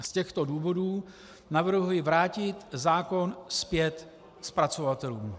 Z těchto důvodů navrhuji vrátit zákon zpět zpracovatelům.